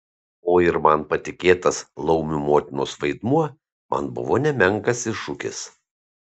o ir man patikėtas laumių motinos vaidmuo man buvo nemenkas iššūkis